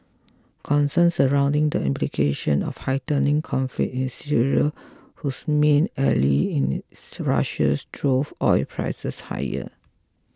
concerns surrounding the implication of heightening conflict in Syria whose main ally in to Russia's drove oil prices higher